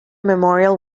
memorial